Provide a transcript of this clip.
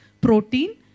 protein